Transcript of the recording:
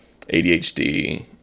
adhd